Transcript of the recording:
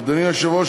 אדוני היושב-ראש,